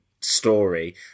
story